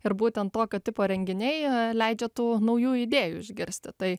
ir būtent tokio tipo renginiai leidžia tų naujų idėjų išgirsti tai